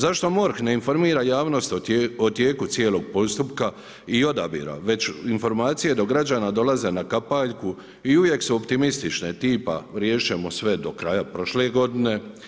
Zašto MORH ne informira javnost o tijeku cijelog postupka i odabira već informacije do građana dolaze na kapaljku i uvijek su optimistične, tipa riješiti ćemo sve do kraja prošle godine.